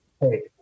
hey